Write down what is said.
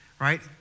right